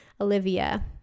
Olivia